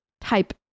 type